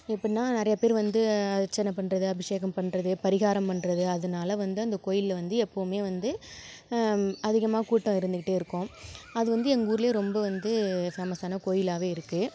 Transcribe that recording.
எப்பிடின்னா நிறையா பேர் வந்து அர்ச்சனை பண்ணுறது அபிஷேகம் பண்ணுறது பரிகாரம் பண்ணுறது அதனால் வந்து அந்தக் கோயிலில் வந்து எப்பவுமே வந்து அதிகமாக கூட்டம் இருந்துகிட்டே இருக்கும் அது வந்து எங்கள் ஊரிலேயே ரொம்ப வந்து ஃபேமஸான கோயிலாகவே இருக்குது